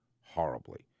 horribly